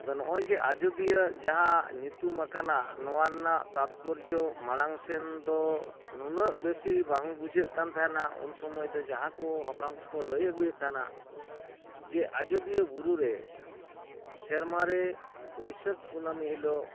ᱟᱫᱚ ᱱᱚᱜᱼᱚᱭᱡᱮ ᱟᱡᱚᱫᱤᱭᱟᱹ ᱡᱟᱦᱟᱸ ᱧᱩᱛᱩᱢᱟᱠᱟᱱᱟ ᱱᱚᱣᱟ ᱨᱮᱱᱟᱜ ᱛᱟᱛᱯᱚᱨᱡᱚ ᱢᱟᱲᱟᱝ ᱥᱮᱱ ᱫᱚ ᱱᱩᱱᱟᱹᱜ ᱵᱮᱥᱤ ᱵᱟᱝ ᱵᱩᱡᱷᱟᱹᱜ ᱠᱟᱱ ᱛᱟᱦᱮᱱᱟ ᱩᱱᱥᱩᱢᱟᱹᱭ ᱫᱚ ᱡᱟᱦᱟᱸ ᱠᱚ ᱦᱟᱯᱲᱟᱢ ᱠᱚᱠᱚ ᱞᱟᱹᱭ ᱟᱹᱜᱩᱭᱮᱫ ᱛᱟᱦᱮᱱᱟ ᱡᱮ ᱟᱡᱚᱫᱤᱭᱟᱹ ᱵᱩᱨᱩᱨᱮ ᱥᱮᱨᱢᱟᱨᱮ ᱵᱟᱹᱭᱥᱟᱹᱠᱷ ᱠᱩᱱᱟᱹᱢᱤ ᱦᱤᱞᱳᱜ